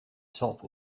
top